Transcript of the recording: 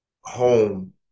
home